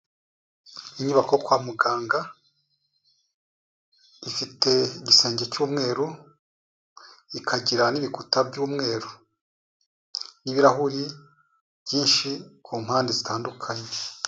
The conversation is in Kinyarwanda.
Inyubako yo kwa muganga, ifite igisenge cy'umweru, ikagira n'ibikuta by'umweru, n'ibirahuri byinshi ku mpande zitandukanye.